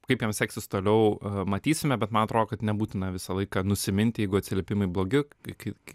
kaip jam seksis toliau matysime bet man atrodo kad nebūtina visą laiką nusiminti jeigu atsiliepimai blogi kai kai